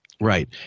Right